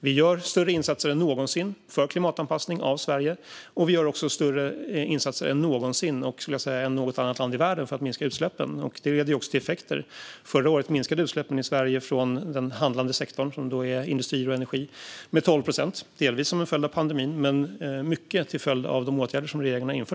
Vi gör större insatser än någonsin för klimatanpassning av Sverige, och vi gör också större insatser än någonsin - och större än något annat land i världen - för att minska utsläppen. Det leder också till effekter. Förra året minskade utsläppen i Sverige från den handlande sektorn, som är industri och energi, med 12 procent. Det var delvis som en följd av pandemin, men mycket till följd av de åtgärder som regeringen har vidtagit.